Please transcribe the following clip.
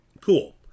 Cool